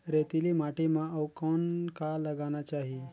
रेतीली माटी म अउ कौन का लगाना चाही?